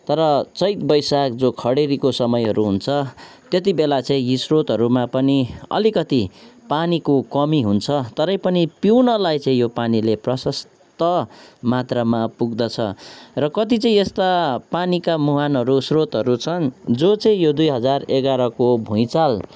तर चैत बैशाख जो खडेरीको समयहरू हुन्छ त्यति बेला चाहिँ यि श्रोतहरूमा पनि अलिकति पानीको कमी हुन्छ तरै पनि पिउनलाई चाहिँ यो पानीले प्रशस्त मात्रामा पुग्दछ र कति चाहिँ यस्ता पानीका मुहानहरू श्रोतहरू छन् जो चाहिँ यो दुई हजार एघारको भुइचाल